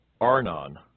Arnon